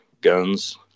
guns